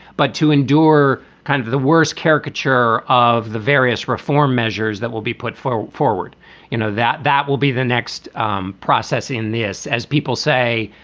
but to endure kind of the worst caricature of the various reform measures that will be put forward forward you know, that that will be the next um process in this, as people say,